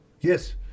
Yes